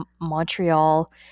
Montreal